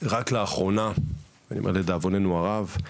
רק לאחרונה, לדאבוננו הרב,